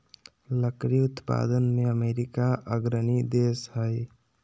लकड़ी उत्पादन में अमेरिका अग्रणी देश हइ